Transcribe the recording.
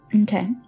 Okay